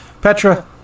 petra